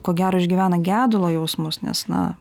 ko gero išgyvena gedulo jausmus nes na